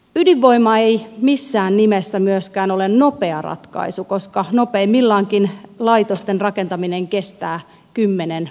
ydinvoima ei missään nimessä myöskään ole nopea ratkaisu koska nopeimmillaankin laitosten rakentaminen kestää kymmenen vuotta